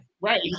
right